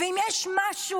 ואם יש משהו,